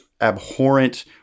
abhorrent